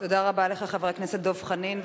תודה רבה לך, חבר הכנסת דב חנין.